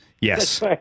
Yes